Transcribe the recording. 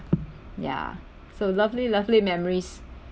ya so lovely lovely memories